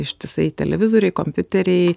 ištisai televizoriai kompiuteriai